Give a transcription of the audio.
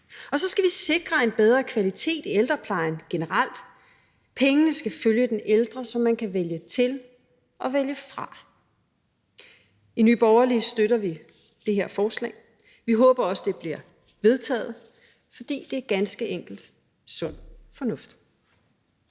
Så skal vi sikre en bedre kvalitet i ældreplejen generelt. Pengene skal følge den ældre, så man kan vælge til og vælge fra. I Nye Borgerlige støtter vi det her forslag. Vi håber også, at det bliver vedtaget, fordi det ganske enkelt er sund fornuft.